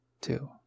two